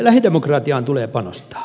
lähidemokratiaan tulee panostaa